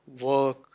work